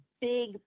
big